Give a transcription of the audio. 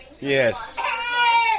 Yes